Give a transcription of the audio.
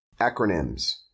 Acronyms